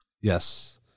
Yes